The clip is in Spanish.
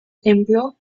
templo